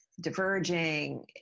diverging